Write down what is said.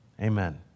Amen